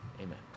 amen